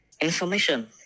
information